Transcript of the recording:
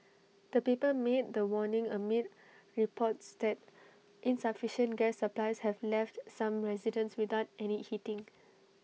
the paper made the warning amid reports that insufficient gas supplies have left some residents without any heating